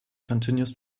continues